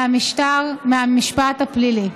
מהמשפט הפלילי.